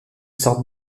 sorte